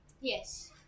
Yes